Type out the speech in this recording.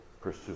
pursue